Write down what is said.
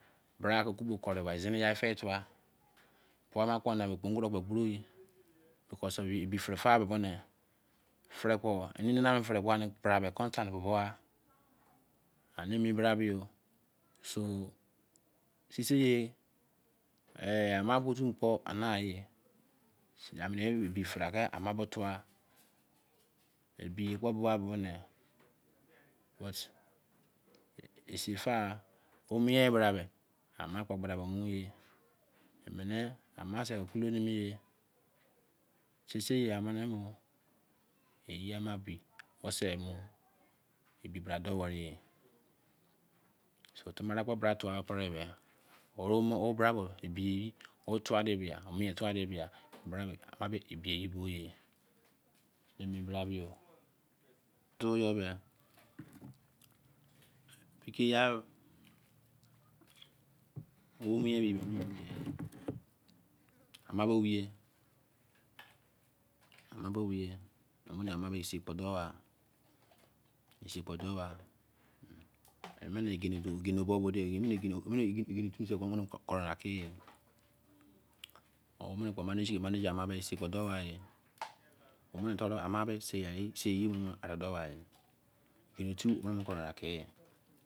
Bra ke ola bo kere ba zini agha fie tua kene ya kere ba gbeni because ebi fere fa fere fa emi emi bra beh sisi ye ena bota kpo enai ye, ebi fere bo ke ama ma tua ebi ye kpo bo isie fa mie bra beh ama sei kuli mene yeh sisi ye ye ani bi ebi bra dowe ye so tamara bra tua pere beh o bra bo bo mie fua ebi ye bo ye ye ke mi bra bea yepeike ya oh ama me omie sei kpo don wa mene gini bo mama ge seein kpo doh we yeh ama me sei ya